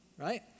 right